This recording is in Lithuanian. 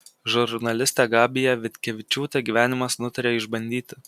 žurnalistę gabiją vitkevičiūtę gyvenimas nutarė išbandyti